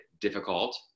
difficult